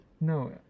No